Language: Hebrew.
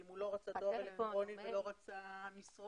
אם הוא לא רצה דואר אלקטרוני ולא רצה מסרון,